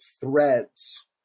threads